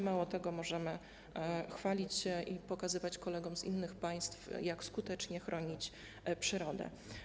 Mało tego, możemy chwalić się i pokazywać kolegom z innych państw, jak skutecznie chronić przyrodę.